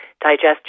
digestion